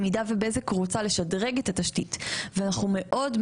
במידה ובזק רוצה לשדרג את התשתית ואנחנו מאוד,